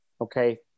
okay